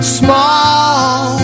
small